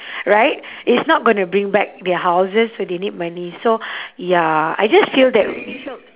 right it's not gonna bring back their houses so they need money so ya I just feel that